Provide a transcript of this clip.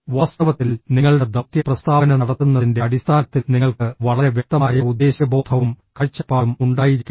വാസ്തവത്തിൽ നിങ്ങളുടെ ദൌത്യ പ്രസ്താവന നടത്തുന്നതിൻറെ അടിസ്ഥാനത്തിൽ നിങ്ങൾക്ക് വളരെ വ്യക്തമായ ഉദ്ദേശ്യബോധവും കാഴ്ചപ്പാടും ഉണ്ടായിരിക്കണം